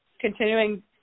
continuing